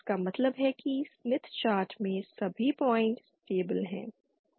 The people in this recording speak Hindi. इसका मतलब है कि स्मिथ चार्ट में सभी पॉइंट स्टेबिल हैं